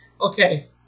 Okay